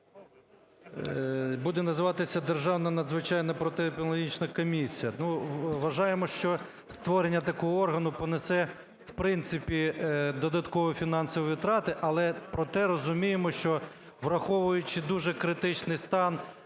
буде називатися "Державна надзвичайна протиепідеміологічна комісія". Ну, вважаємо, що створення такого органу понесе, в принципі, додаткові фінансові витрати, але, проте, розуміємо, що враховуючи дуже критичний стан